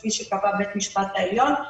כפי שקבע בית המשפט העליון.